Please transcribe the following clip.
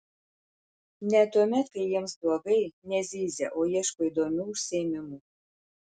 net tuomet kai jiems blogai nezyzia o ieško įdomių užsiėmimų